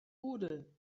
poodle